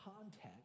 context